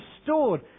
restored